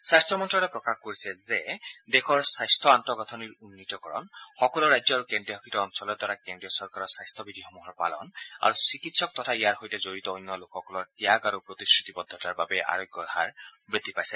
স্বাস্থ্য মন্ত্ৰালয়ে প্ৰকাশ কৰিছে যে দেশৰ স্বাস্থ্য আন্তঃগাঁথনিৰ উন্নীতকৰণ সকলো ৰাজ্য আৰু কেন্দ্ৰীয়শাসিত অঞ্চলৰ দ্বাৰা কেন্দ্ৰীয় চৰকাৰৰ স্বাস্থ্য বিধিসমূহৰ পালন আৰু চিকিৎসক তথা ইয়াৰ সৈতে জড়িত অন্য লোকসকলৰ ত্যাগ আৰু প্ৰতিশ্ৰুতিবদ্ধতাৰ বাবেই আৰোগ্যৰ হাৰ বৃদ্ধি পাইছে